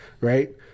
right